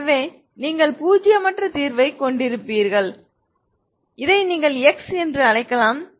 எனவே நீங்கள் பூஜ்ஜியமற்ற தீர்வைக் கொண்டிருப்பீர்கள் இதை நீங்கள் X என அழைக்கலாம்